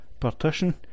partition